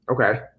Okay